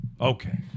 Okay